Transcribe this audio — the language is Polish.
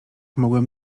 mogłem